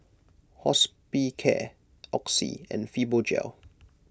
Hospicare Oxy and Fibogel